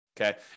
okay